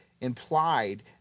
implied